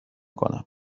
کنم